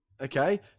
Okay